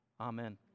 Amen